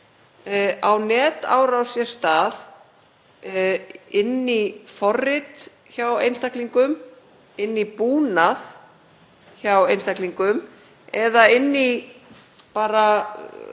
á netárás sér stað inn í forrit hjá einstaklingum, inn í búnað hjá einstaklingum eða inn í bara